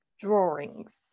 drawings